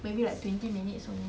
maybe like twenty minutes only